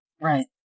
Right